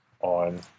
on